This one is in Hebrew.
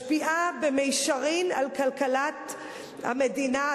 משפיעה במישרין על כלכלת המדינה,